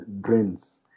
drains